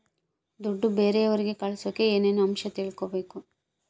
ದುಡ್ಡು ಬೇರೆಯವರಿಗೆ ಕಳಸಾಕ ಏನೇನು ಅಂಶ ತಿಳಕಬೇಕು?